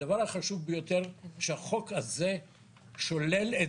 הדבר החשוב ביותר שהחוק הזה שולל את